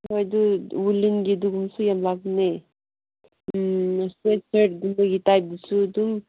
ꯍꯣꯏ ꯑꯗꯨ ꯋꯨꯂꯟꯒꯤ ꯑꯗꯨꯒꯨꯝꯕꯁꯨ ꯌꯥꯝ ꯂꯥꯛꯄꯅꯦ ꯁ꯭ꯋꯦꯇꯔꯒꯨꯝꯕꯒꯤ ꯇꯥꯏꯞꯇꯁꯨ ꯑꯗꯨꯝ